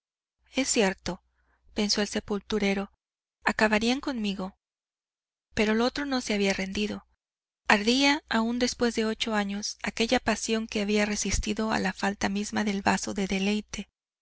es cierto pensó el sepulturero acabarían conmigo pero el otro no se había rendido ardía aún después de ocho años aquella pasión que había resistido a la falta misma del vaso de deleite